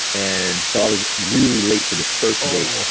and so i was really late to this first date.